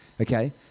Okay